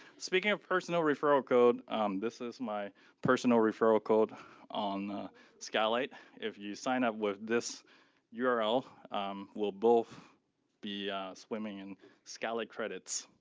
speaking of personal referral code this is my personal referral code on skylight if you sign up with this yeah url we'll both be swimming in skylight credits,